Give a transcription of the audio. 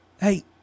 hey